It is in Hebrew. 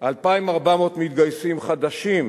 2,400 מתגייסים חדשים,